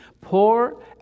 poor